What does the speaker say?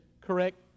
correct